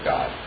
God